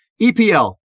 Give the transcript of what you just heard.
EPL